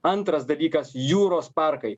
antras dalykas jūros parkai